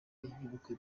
y’ubukwe